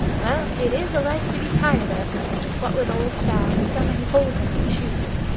well, it is a life to be tired of what with old sal, and so many holes in my shoes.